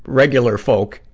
regular folk.